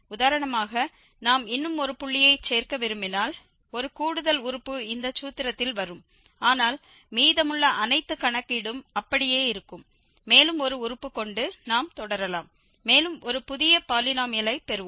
உதாரணமாக நாம் இன்னும் ஒரு புள்ளியை சேர்க்க விரும்பினால் ஒரு கூடுதல் உறுப்பு இந்த சூத்திரத்தில் வரும் ஆனால் மீதமுள்ள அனைத்து கணக்கீடும் அப்படியே இருக்கும் மேலும் ஒரு உறுப்பு கொண்டு நாம் தொடரலாம் மேலும் ஒரு புதிய பாலினோமியலை பெறுவோம்